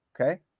okay